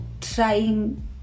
trying